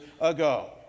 ago